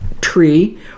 tree